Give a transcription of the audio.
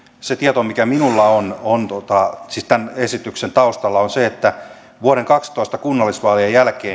se tieto mikä minulla on on siis tämän esityksen taustalla on se että vuoden kaksitoista kunnallisvaalien jälkeen